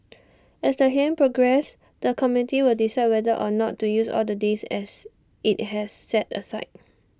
as the hearings progress the committee will decide whether or not to use all the days as IT has set aside